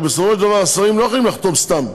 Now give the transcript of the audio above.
הרי בסופו של דבר השרים לא יכולים לחתום סתם.